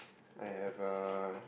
I have uh